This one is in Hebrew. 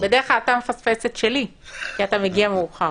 בדרך כלל אתה מפספס את שלי, כי אתה מגיע מאוחר.